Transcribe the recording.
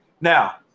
Now